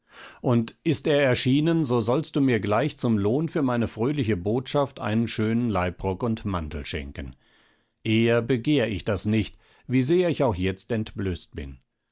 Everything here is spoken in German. und ist er erschienen so sollst du mir gleich zum lohn für meine fröhliche botschaft einen schönen leibrock und mantel schenken eher begehr ich das nicht wie sehr ich auch jetzt entblößt bin